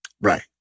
Right